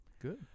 Good